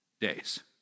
days